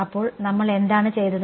അപ്പോൾ നമ്മൾ എന്താണ് ചെയ്തത്